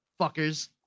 fuckers